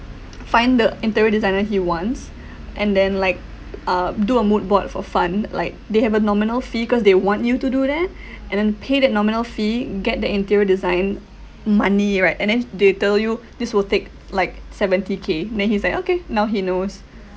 find the interior designer he wants and then like uh do a mood board for fun like they have a nominal fee cause they want you to do that and then pay that nominal fee get the interior design money right and then they tell you this will take like seventy K then he's like okay now he knows